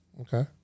Okay